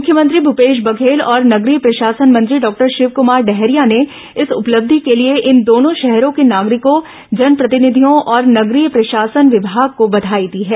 मुख्यमंत्री भूपेश बघेल और नगरीय प्रशासन मंत्री डॉक्टर शिवकुमार डहरिया ने इस उपलब्धि के लिए इन दोनों शहरों के नागरिकों जनप्रतिनिधियों और नगरीय प्रशासन विभाग को बधाई दी है